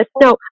No